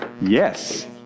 Yes